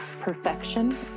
perfection